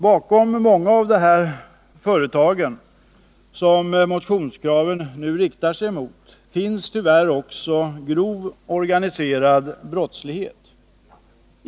Bakom många av de företag som motionskraven nu riktar sig mot finns tyvärr också grov organiserad brottslighet.